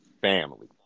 Family